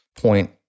point